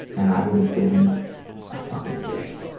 and i would have been a fucking dick.